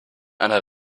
einer